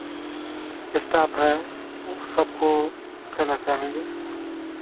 staff हैं सबको कहना चाहेंगे